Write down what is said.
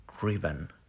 driven